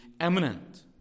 eminent